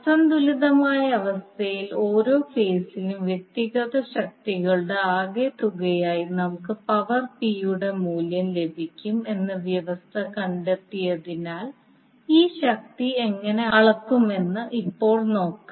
അസന്തുലിതമായ അവസ്ഥയിൽ ഓരോ ഫേസിലും വ്യക്തിഗത ശക്തികളുടെ ആകെത്തുകയായി നമുക്ക് പവർ P യുടെ മൂല്യം ലഭിക്കും എന്ന വ്യവസ്ഥ കണ്ടെത്തിയതിനാൽ ഈ ശക്തി എങ്ങനെ അളക്കുമെന്ന് ഇപ്പോൾ നോക്കാം